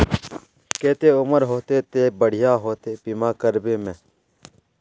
केते उम्र होते ते बढ़िया होते बीमा करबे में?